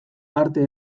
arte